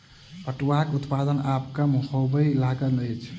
पटुआक उत्पादन आब कम होमय लागल अछि